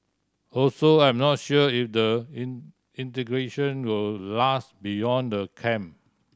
also I'm not sure if the in integration will last beyond the camp